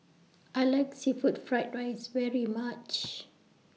I like Seafood Fried Rice very much